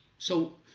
so,